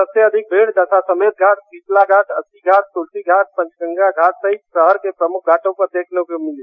सबसे अधिक भीड़ दशाश्वमेध घाट शीतला घाट अस्सी घाट तुलसी घाट पंचगंगा घाट सहित शहर के प्रमुख घाटों पर देखने को मिली